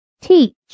teach